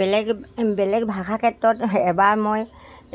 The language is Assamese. বেলেগ বেলেগ ভাষা ক্ষেত্ৰত এবাৰ মই